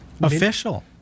Official